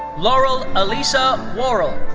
laurel alisa warrell.